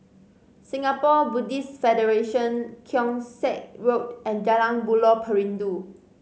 Singapore Buddhist Federation Keong Saik Road and Jalan Buloh Perindu